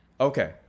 Okay